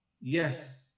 yes